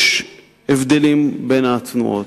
יש הבדלים בין התנועות,